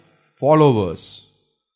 followers